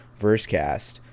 Versecast